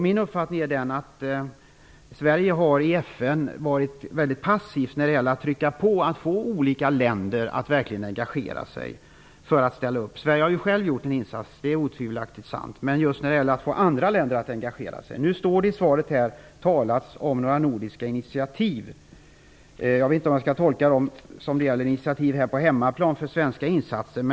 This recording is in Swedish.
Min uppfattning är att Sverige i FN har varit väldigt passivt när det gäller att få olika länder att verkligen ställa upp. Sverige har självt gjort en insats. Det är otvivelaktigt sant, men det handlar just om att få andra länder att engagera sig. Det talas i svaret om nordiska initiativ. Jag vet inte om jag skall tolka det som att det gäller initiativ till svenska insatser.